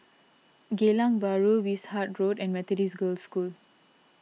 Geylang Bahru Wishart Road and Methodist Girls' School